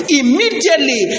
immediately